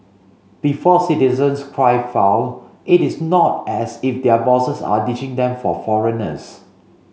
before citizens cry foul it is not as if their bosses are ditching them for foreigners